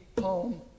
home